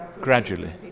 Gradually